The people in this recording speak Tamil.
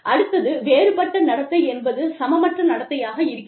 அடுத்தது வேறுபட்ட நடத்தை என்பது சமமற்ற நடத்தையாக இருக்கிறது